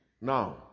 Now